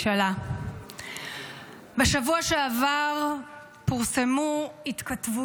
שהממשלה שלך כבר תלך הביתה ותניח לעם